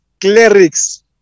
clerics